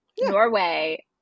Norway